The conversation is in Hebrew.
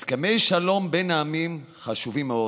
הסכמי שלום בין העמים חשובים מאוד.